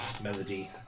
Melody